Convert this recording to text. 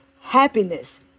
happiness